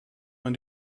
man